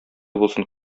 булсын